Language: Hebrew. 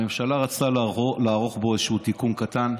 הממשלה רצתה לערוך בו איזשהו תיקון קטן,